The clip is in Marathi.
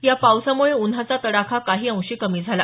या पावसामुळे उन्हाचा तडाखा काही अंशी कमी झाला